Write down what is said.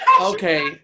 Okay